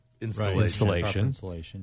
installation